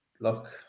look